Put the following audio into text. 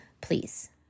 please